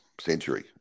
century